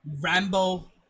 Rambo